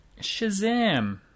Shazam